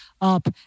up